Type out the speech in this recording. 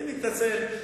אני מתנצל.